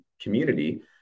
community